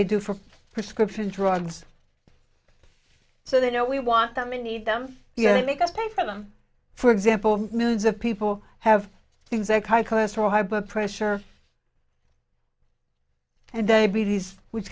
they do for prescription drugs so they know we want them and need them here and make us pay for them for example millions of people have things like high cholesterol high blood pressure and diabetes which